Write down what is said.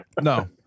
No